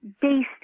based